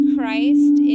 Christ